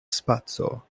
spaco